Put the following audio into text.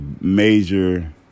major